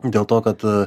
dėl to kad